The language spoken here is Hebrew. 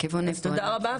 אז תודה רבה,